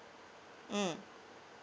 mm